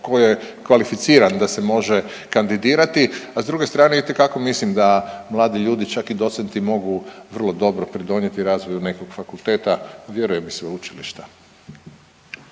tko je kvalificiran da se može kandidirati, a s druge strane itekako mislim da mladi ljudi čak i docenti mogu vrlo dobro pridonijeti razvoju nekog fakulteta, vjerujem i sveučilišta.